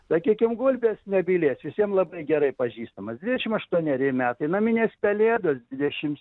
sakykim gulbės nebylės visiems labai gerai pažįstamas dvidešim aštuoneri metai naminės pelėdos dvidešims